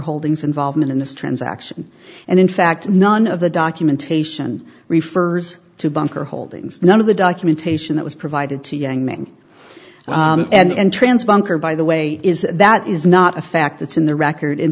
holdings involvement in this transaction and in fact none of the documentation refers to bunker holdings none of the documentation that was provided to young man and transponder by the way is that is not a fact it's in the record in